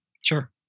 Sure